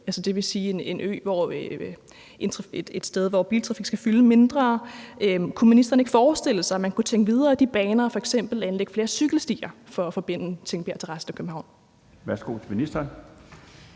Det vil sige et sted, hvor biltrafik skal fylde mindre. Kunne ministeren ikke forestille sig, at man kunne tænke videre i de baner og f.eks. anlægge flere cykelstier for at forbinde Tingbjerg med resten af København? Kl. 13:35 Den